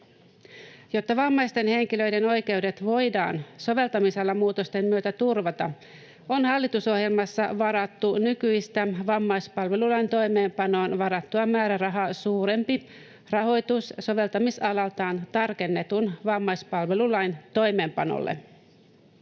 Jotta vammaisten henkilöiden oikeudet voidaan soveltamisalamuutosten myötä turvata, on hallitusohjelmassa varattu nykyistä vammaispalvelulain toimeenpanoon varattua määrärahaa suurempi rahoitus soveltamisalaltaan tarkennetun vammaispalvelulain toimeenpanolle.